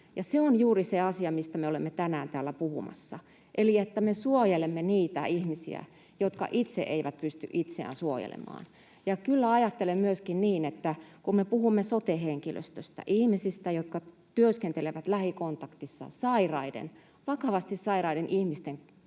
se on juuri se asia, mistä me olemme tänään täällä puhumassa, eli että me suojelemme niitä ihmisiä, jotka itse eivät pysty itseään suojelemaan. Ja kyllä ajattelen myöskin niin, että kun me puhumme sote-henkilöstöstä, ihmisistä, jotka työskentelevät lähikontaktissa sairaiden, vakavasti sairaiden ihmisten keskuudessa,